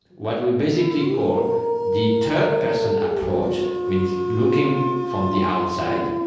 what we basically call the third-person approach means looking from the outside,